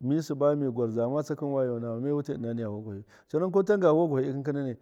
mi sɨba mi gwardzama tsakɨn wayo nama me wutai ɨna niya vuwagwahɨyu conakɨn ko tan ga vuwagwahɨ ikɨn kinanai.